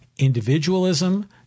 individualism